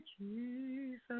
Jesus